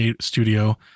studio